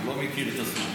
אני לא מכיר את הסוגיה.